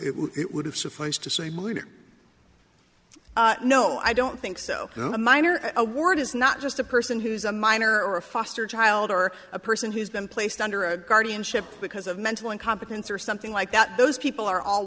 it would have sufficed to say murder no i don't think so a minor award is not just a person who's a minor or a foster child or a person who's been placed under a guardianship because of mental incompetence or something like that those people are all